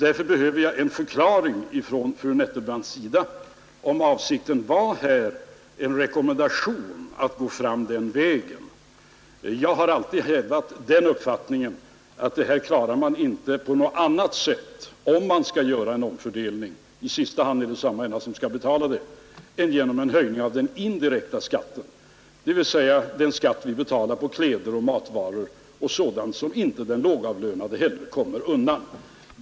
Därför behöver jag en förklaring från fru Nettelbrandt huruvida avsikten var en rekommendation att gå fram den vägen. Jag har alltid hävdat den uppfattningen att man inte klarar detta på något annat sätt, om en omfördelning skall göras — i sista hand är det ändå samma personer som skall betala skatten — än genom en höjning av den indirekta skatten, dvs. den skatt vi betalar på kläder, matvaror och sådant som inte heller lågavlönade kommer undan.